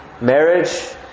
marriage